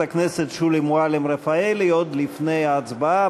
חברת הכנסת שולי מועלם-רפאלי, עוד לפני ההצבעה.